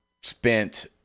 spent